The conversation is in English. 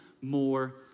more